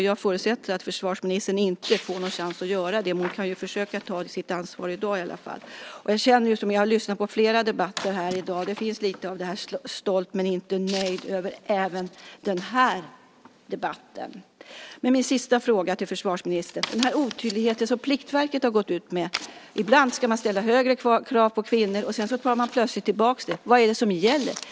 Jag förutsätter att försvarsministern inte får någon chans att göra det, men hon kan ju försöka ta sitt ansvar i dag i alla fall. Jag har lyssnat på flera debatter här i dag, och det finns lite av stolt men inte nöjd även över den här debatten. Jag har en sista fråga till försvarsministern om otydligheten som Pliktverket har gått ut med. Ibland ska man ställa högre krav på kvinnor, och sedan tar man plötsligt tillbaka det. Vad är det som gäller?